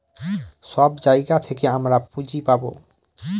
সব জায়গা থেকে আমরা পুঁজি পাবো